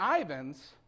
Ivans